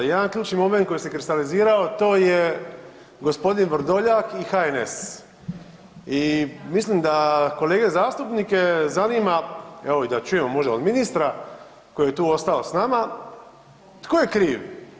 Jedan ključni momente koji se kristalizirao to je gospodin Vrdoljak i HNS i mislim da kolege zastupnike zanima evo i da čujemo možda od ministra koji je tu ostao s nama, tko je kriv.